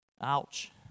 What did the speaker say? ouch